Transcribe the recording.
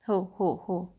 हो हो हो